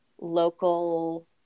local